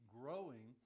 growing